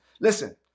Listen